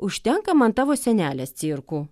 užtenka man tavo senelės cirkų